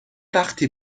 وقتی